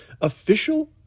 official